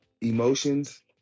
emotions